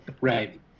right